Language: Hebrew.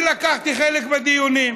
אני לקחתי חלק בדיונים,